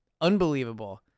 Unbelievable